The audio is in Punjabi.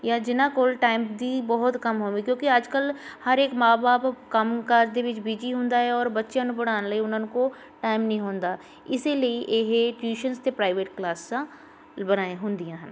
ਜਾਂ ਜਿਹਨਾਂ ਕੋਲ ਟਾਈਮ ਦੀ ਬਹੁਤ ਕੰਮ ਹੋਵੇ ਕਿਉਂਕਿ ਅੱਜ ਕੱਲ੍ਹ ਹਰ ਇੱਕ ਮਾਂ ਬਾਪ ਕੰਮ ਕਾਰ ਦੇ ਵਿੱਚ ਬਿਜੀ ਹੁੰਦਾ ਏ ਔਰ ਬੱਚਿਆਂ ਨੂੰ ਪੜ੍ਹਾਉਣ ਲਈ ਉਹਨਾਂ ਕੋਲ ਟਾਈਮ ਨਹੀਂ ਹੁੰਦਾ ਇਸੇ ਲਈ ਇਹ ਟਿਊਸ਼ਨਸ ਅਤੇ ਪ੍ਰਾਈਵੇਟ ਕਲਾਸਾਂ ਬਣਾਈ ਹੁੰਦੀਆਂ ਹਨ